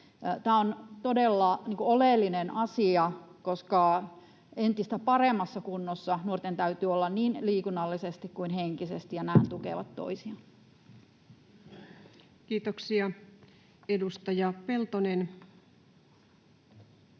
Tämä on todella oleellinen asia, koska nuorten täytyy olla entistä paremmassa kunnossa niin liikunnallisesti kuin henkisesti, ja nämä tukevat toisiaan. Kiitoksia. — Edustaja Peltonen.